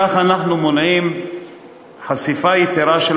בכך אנחנו מונעים חשיפה יתרה של